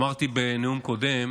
אמרתי בנאום קודם